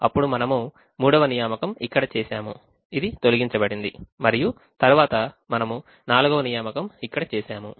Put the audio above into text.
అప్పుడు మనము 3వ నియామకం ఇక్కడ చేసాము ఇది తొలగించబడింది మరియు తరువాత మనము 4వ నియామకం ఇక్కడ చేసాము